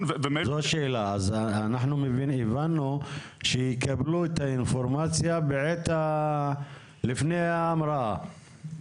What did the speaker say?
אנחנו הבנו שהם יקבלו את האינפורמציה לפני ההמראה.